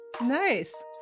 Nice